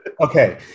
Okay